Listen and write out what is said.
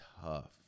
tough